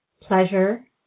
pleasure